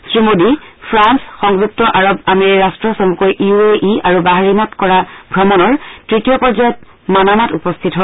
Shri Modi France সংযুক্ত আৰব আমিৰি ৰাট্ট চমুকৈ ইউ এ ই আৰু বাহবেইনত কৰা ভ্ৰমণৰ তৃতীয় পৰ্যয়ত মানামাত উপস্থিত হয়